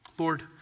Lord